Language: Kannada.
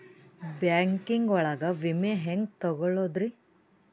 ಬ್ಯಾಂಕಿಂಗ್ ಒಳಗ ವಿಮೆ ಹೆಂಗ್ ತೊಗೊಳೋದ್ರಿ?